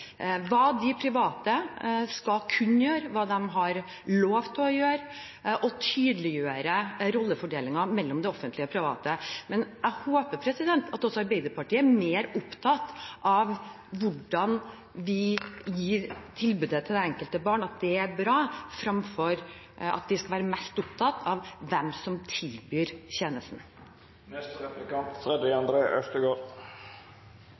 hva de private skal kunne gjøre, hva de har lov til å gjøre – og tydeliggjøre rollefordelingen mellom det offentlige og private. Men jeg håper at også Arbeiderpartiet er mer opptatt av hvordan vi gir tilbudet til det enkelte barn – at det er bra – framfor å være mest opptatt av hvem som tilbyr